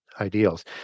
ideals